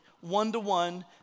one-to-one